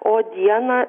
o dieną